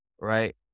right